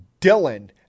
Dylan